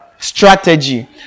Strategy